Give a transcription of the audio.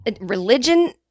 Religion